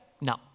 No